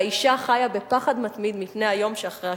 והאשה חיה בפחד מתמיד מפני היום שאחרי השחרור,